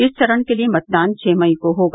इस चरण के लिये मतदान छ मई को होगा